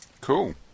Cool